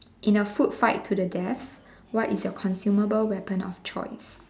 in a food fight to the death what is your consumable weapon of choice